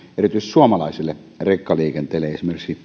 erityisesti suomalaiselle rekkaliikenteelle